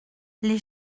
les